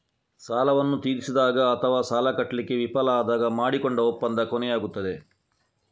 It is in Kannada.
ಸಾಲವನ್ನ ತೀರಿಸಿದಾಗ ಅಥವಾ ಸಾಲ ಕಟ್ಲಿಕ್ಕೆ ವಿಫಲ ಆದಾಗ ಮಾಡಿಕೊಂಡ ಒಪ್ಪಂದ ಕೊನೆಯಾಗ್ತದೆ